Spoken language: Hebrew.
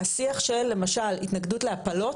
השיח של למשל התנגדות להפלות,